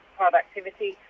productivity